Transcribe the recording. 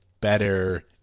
better